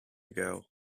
ago